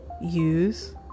use